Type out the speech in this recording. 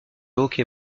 hockey